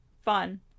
fun